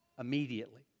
immediately